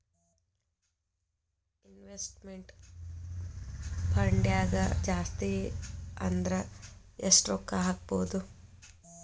Investment ಫಂಡ್ನ್ಯಾಗ ಜಾಸ್ತಿ ಅಂದ್ರ ಯೆಷ್ಟ್ ರೊಕ್ಕಾ ಹಾಕ್ಬೋದ್?